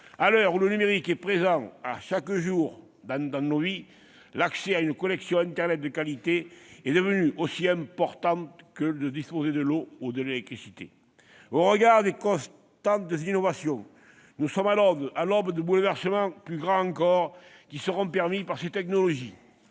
Alors que le numérique est présent chaque jour dans nos vies, l'accès à une connexion internet de qualité est devenu aussi important que l'accès à l'eau ou à l'électricité. Au regard des constantes innovations, nous sommes à l'aube de bouleversements plus grands encore, qui seront permis par ces technologies.